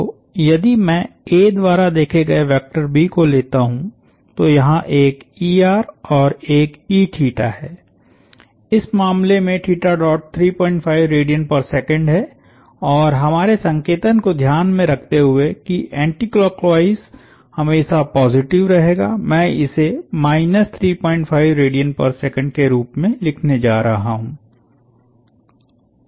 तो यदि मैं A द्वारा देखे गए वेक्टर B को लेता हूं तो यहाँ एक और एक है इस मामले में है और हमारे संकेतन को ध्यान में रखते हुए कि एंटीक्लॉकवाइज हमेशा पॉजिटिव रहेगा मैं इसे के रूप में लिखने जा रहा हूं